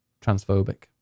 transphobic